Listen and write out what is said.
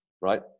right